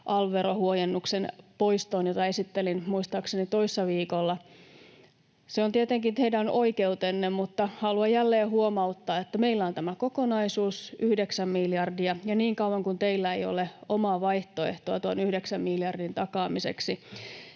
alv-verohuojennuksen poistoon, jota esittelin muistaakseni toissa viikolla. Se on tietenkin teidän oikeutenne, mutta haluan jälleen huomauttaa, että meillä on tämä kokonaisuus, yhdeksän miljardia, ja niin kauan kuin teillä ei ole omaa vaihtoehtoa tuon yhdeksän miljardin takaamiseksi,